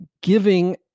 giving